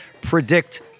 predict